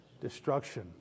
Destruction